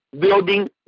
building